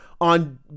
on